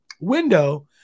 window